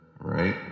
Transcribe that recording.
right